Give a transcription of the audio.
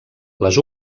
les